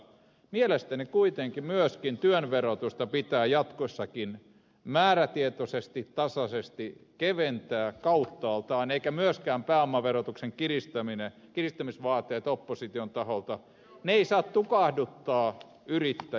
mielestäni kuitenkin myöskin työn verotusta pitää jatkossakin määrätietoisesti ja tasaisesti keventää kauttaaltaan eivätkä myöskään pääomaverotuksen kiristämisvaateet opposition taholta saa tukahduttaa yrittäjyyttä